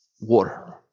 water